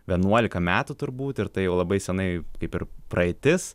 vienuolika metų turbūt ir tai jau labai senai kaip ir praeitis